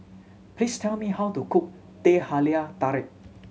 please tell me how to cook Teh Halia Tarik